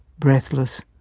breathless,